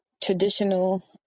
traditional